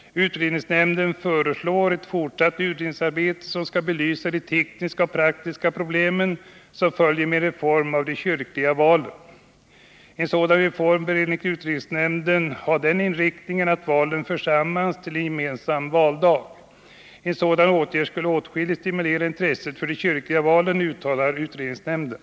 Utredningsnämnden föreslår ett fortsatt utredningsarbete som skall belysa de tekniska och praktiska problem som följer med en reform av de kyrkliga valen. En sådan reform bör enligt utredningsnämnden ha den inriktningen att valen förs samman till en gemensam valdag. En sådan åtgärd skulle åtskilligt stimulera intresset för de kyrkliga valen, uttalar utredningsnämnden.